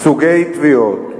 סוגי תביעות: